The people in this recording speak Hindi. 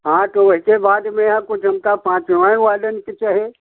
हाँ तो वैसे बा है कुछ हुनका पाँचवा वालन के चाही